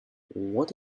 what